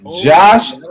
Josh